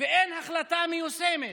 ואין החלטה מיושמת.